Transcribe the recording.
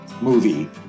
movie